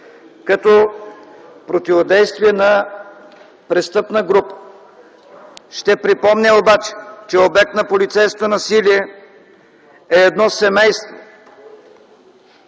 като противодействие на престъпна група. Ще припомня обаче, че обект на полицейско насилие е едно семейство.